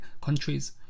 countries